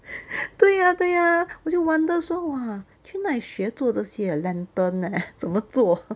对呀对呀我就 wonder 说 !wah! 去哪里学做这些 ah lantern leh 怎么做